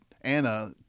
Anna